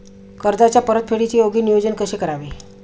कर्जाच्या परतफेडीचे योग्य नियोजन कसे करावे?